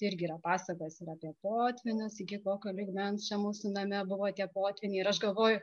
irgi yra pasakojęs ir apie potvynius iki kitokio lygmens mūsų name buvo tie potvyniai ir aš galvoju